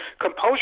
composure